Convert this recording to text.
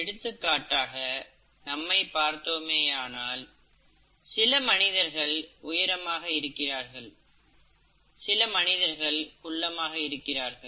எடுத்துக்காட்டாக நம்மை பார்த்தோமேயானால் சில மனிதர்கள் உயரமாக இருக்கிறார்கள் சில மனிதர்கள் குள்ளமாக இருக்கிறார்கள்